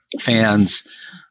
fans